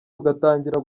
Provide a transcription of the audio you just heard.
tugatangira